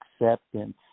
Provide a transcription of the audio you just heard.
acceptance